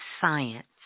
science